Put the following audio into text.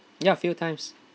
ya few times